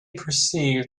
perceived